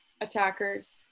attackers